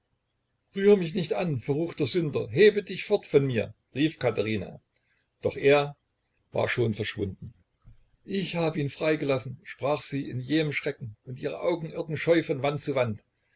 rühr mich nicht an verruchter sünder hebe dich fort von mir rief katherina doch er war schon verschwunden ich hab ihn freigelassen sprach sie in jähem schrecken und ihre augen irrten scheu von wand zu wand